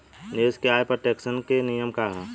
निवेश के आय पर टेक्सेशन के नियम का ह?